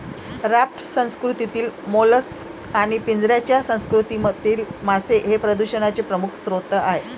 raft संस्कृतीतील mollusc आणि पिंजऱ्याच्या संस्कृतीतील मासे हे प्रदूषणाचे प्रमुख स्रोत आहेत